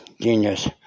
genius